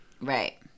Right